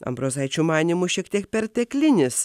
ambrozaičio manymu šiek tiek perteklinis